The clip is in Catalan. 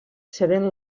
sabent